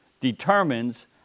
determines